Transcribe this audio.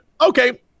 Okay